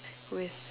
with